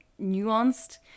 nuanced